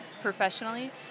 professionally